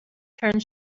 turned